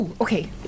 Okay